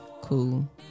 Cool